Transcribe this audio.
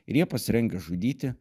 ir jie pasirengę žudyti